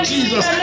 Jesus